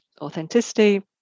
authenticity